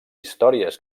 històries